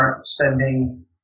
spending